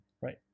right